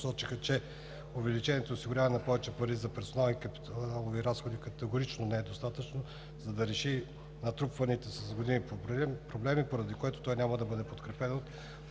че увеличението и осигуряването на повече пари за персонал и капиталови разходи категорично не е достатъчно, за да реши натрупваните с години проблеми, поради което той няма да бъде подкрепен от